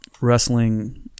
wrestling